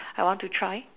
I want to try